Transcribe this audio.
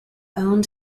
owned